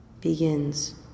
begins